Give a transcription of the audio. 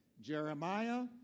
Jeremiah